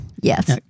Yes